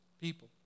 people